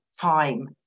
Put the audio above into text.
time